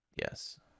Yes